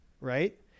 right